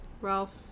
Ralph